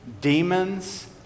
demons